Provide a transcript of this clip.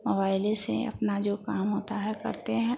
मोबाइलों से अपना जो काम होता है करते हैं